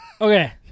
Okay